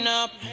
up